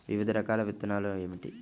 వివిధ రకాల విత్తనాలు ఏమిటి?